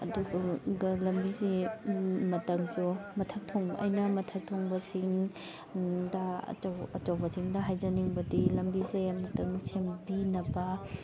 ꯑꯗꯨꯒ ꯂꯝꯕꯤꯁꯦ ꯃꯇꯝꯁꯨ ꯃꯊꯛ ꯊꯣꯡꯕ ꯑꯩꯅ ꯃꯊꯛ ꯊꯣꯡꯕꯁꯤꯡ ꯗ ꯑꯆꯧ ꯑꯆꯧꯕꯁꯤꯡꯗ ꯍꯥꯏꯖꯅꯤꯡꯕꯗꯤ ꯂꯝꯕꯤꯁꯦ ꯑꯃꯨꯛꯇꯪ ꯁꯦꯝꯕꯤꯅꯕ